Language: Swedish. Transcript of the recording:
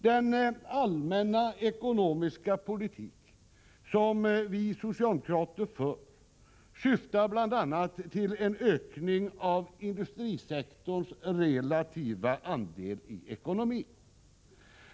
Den allmänna ekonomiska politik som vi socialdemokrater för syftar bl.a. till en ökning av industrisektorns relativa andel i ekonomin.